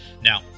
Now